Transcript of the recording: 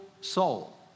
soul